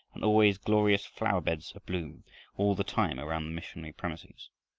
and always glorious flower beds abloom all the time around the missionary premises.